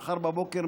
מחר בבוקר,